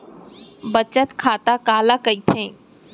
बचत खाता काला कहिथे?